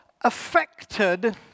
affected